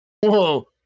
Whoa